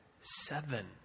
Seven